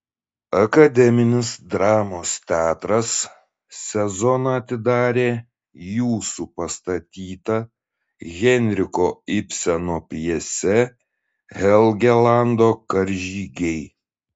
akademinis dramos teatras sezoną atidarė jūsų pastatyta henriko ibseno pjese helgelando karžygiai